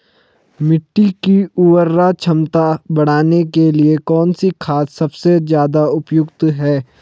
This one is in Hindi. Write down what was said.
मिट्टी की उर्वरा क्षमता बढ़ाने के लिए कौन सी खाद सबसे ज़्यादा उपयुक्त है?